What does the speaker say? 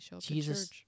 jesus